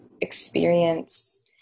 experience